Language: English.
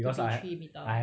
to be three metre